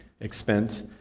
expense